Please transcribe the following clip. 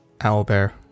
Owlbear